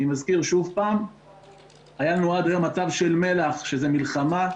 אני מזכיר שוב היה לנו עד היום מצב של מל"ח שזה מלחמה,